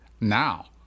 now